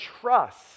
trust